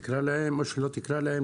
תקרא להם כך או שלא תקרא להם,